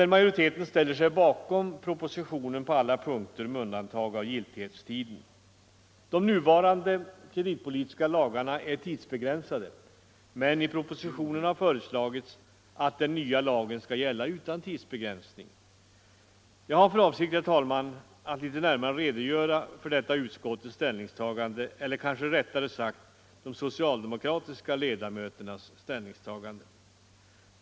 Den majoriteten ställer sig bakom propositionen på alla punkter utom när det gäller giltighetstiden. De nuvarande kreditpolitiska lagarna är tidsbegränsade, men i propositionen 171 har föreslagits att den nya lagen skall gälla utan tidsbegränsning, alltså vara permanent. Jag har för avsikt, herr talman, att litet närmare redogöra för utskottets ställningstagande, eller rättare sagt för de socialdemokratiska ledamöternas ställningstagande i utskottet.